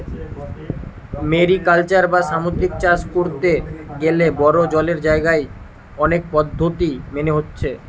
mariculture বা সামুদ্রিক চাষ কোরতে গ্যালে বড়ো জলের জাগায় অনেক পদ্ধোতি মেনে হচ্ছে